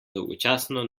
dolgočasno